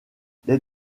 les